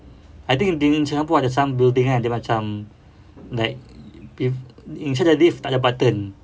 I think in singapore ada some building kan dia macam like if inside the lift takde button